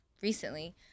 recently